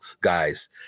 guys